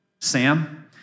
Sam